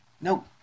Nope